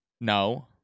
No